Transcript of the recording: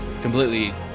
completely